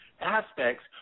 aspects